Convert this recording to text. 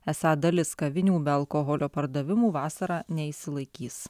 esą dalis kavinių be alkoholio pardavimų vasarą neišsilaikys